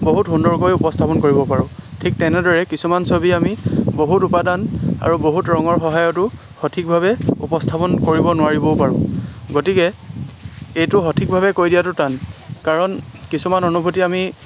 বহুত সুন্দৰকৈ উপস্থাপন কৰিব পাৰোঁ ঠিক তেনেদৰে কিছুমান ছবি আমি বহুত উপাদান আৰু বহুত ৰঙৰ সহায়তো সঠিকভাৱে উপস্থাপন কৰিব নোৱাৰিবও পাৰোঁ গতিকে এইটো সঠিকভাৱে কৈ দিয়াটো টান কাৰণ কিছুমান অনুভূতি আমি